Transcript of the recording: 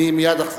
אני מייד אחזור.